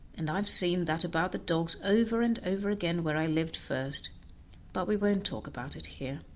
and i've seen that about the dogs over and over again where i lived first but we won't talk about it here.